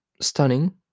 stunning